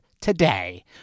today